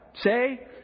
Say